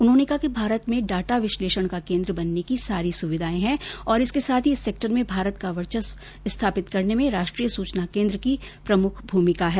उन्होंने कहा कि भारत में डाटा विश्लेषण का केन्द्र बनने की सारी सुविधाएँ हैं और इसके साथ ही इस सेक्टर में भारत का वर्चस्व स्थापित करने में राष्ट्रीय सुचना विज्ञान केंद्र एनआईसी की प्रमुख भूमिका है